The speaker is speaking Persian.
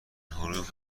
حروف